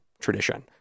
tradition